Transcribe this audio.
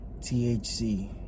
THC